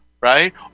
right